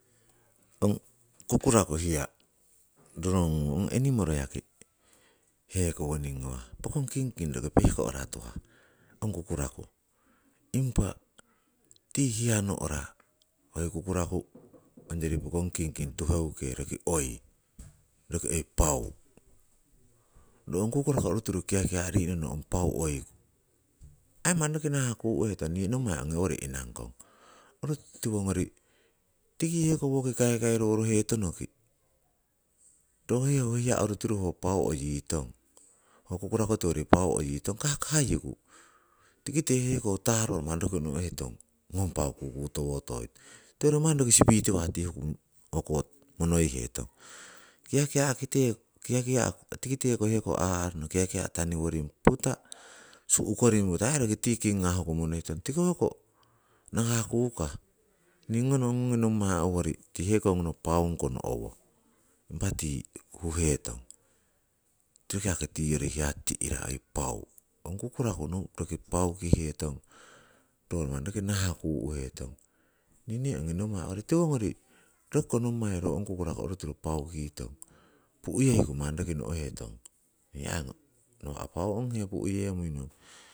Ong kukuraku hiya, rorongungun enimoro yaki hekowoning ngowah, pokong kingking roki pehkohra tuhah ong kukuraku, impah tii hiya nohra hoi kukuraku ongyori poking kingking tuheukoni roki oi pau, ro ong kukuraku oritiru kiakia' ri'nono ong pau oiku, aii manni nahah kuu'hetong nii nommai ongi owori inangkong, ho tiwongori tikiheko woki kaikairu worohetonoki ro ho hiya orutiru oh pau oyitong, ho kukuraku tiwori pau oyitong kahakahayiku, tikite heko taroro manni no'hetong ngong pau kukutowotoitong, tiwongori manni roki sipitiwah tii huku o'ko monoihetong. Kiakia'kiteng, kiakia' tikite ko heko aa'rono kiakia' taniworing putah su'koring putah roki aii tii kingah huku monietong, tiko hoko nahah kukah nii ngono ongi nommai owori tii heko paaung kono owo, impah tii huhetong. Roki yaki hoyori ti'rah oi paau. Ong kukuraku roki paaukitong ro manni roki nahah kuu'hetong nii nee ongi nonmai owori, tiwongori roki ko nommai ong kukuraku orutiru paaukitong pu'yeiku manni roki no'hetong, hiya nah paau yah onghe pu'yemuinong.